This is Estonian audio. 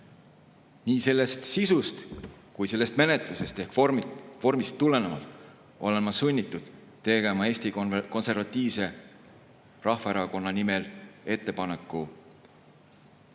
Nii sellest sisust kui ka sellest menetlusest ehk vormist tulenevalt olen ma sunnitud tegema Eesti Konservatiivse Rahvaerakonna nimel ettepaneku eelnõu